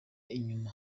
inyuma